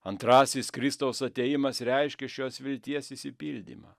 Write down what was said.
antrasis kristaus atėjimas reiškia šios vilties išsipildymą